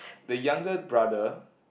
the younger brother